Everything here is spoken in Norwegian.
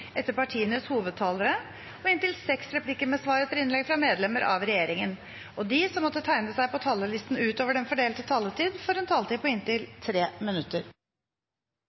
regjeringa, og dei som måtte teikna seg på talarlista utover den fordelte taletida, får ei taletid på inntil 3 minutt.